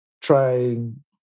trying